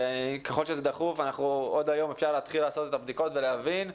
עוד היום אפשר להתחיל לעשות את הבדיקות ולהבין,